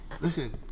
Listen